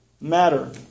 matter